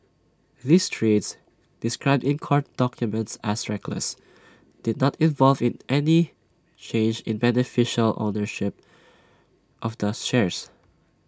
these trades described in court documents as reckless did not involve IT any change in beneficial ownership of the shares